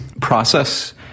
process